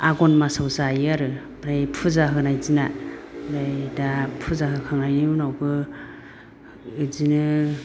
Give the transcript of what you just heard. आघोन मासाव जायो आरो ओमफ्राय फुजा होनाय दिना नै दा फुजा होखांनायनि उनावबो बिदिनो